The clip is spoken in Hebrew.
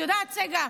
את יודעת, צגה,